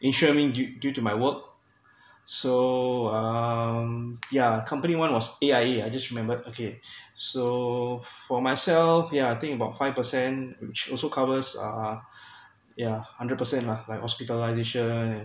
ensuring due due to my work so um yeah company one was A_I_A I just remembered okay so for myself yeah I thing about five per cent which also covers uh yeah hundred percent lah like hospitalization